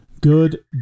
Good